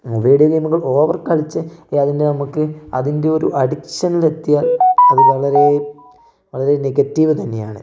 video ഗെയിമുകൾ over കളിച്ച് അതിനെ നമുക്ക് അതിന്റെ ഒരു അഡിക്ഷനിൽ എത്തിയാൽ അത് വളരെ വളരെ നെഗറ്റീവ് തന്നെയാണ്